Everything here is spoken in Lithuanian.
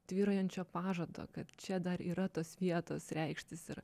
tvyrojančio pažado kad čia dar yra tos vietos reikštis ir